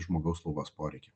žmogaus slaugos poreikį